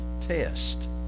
test